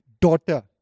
daughter